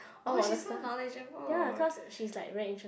oh she so knowledgeable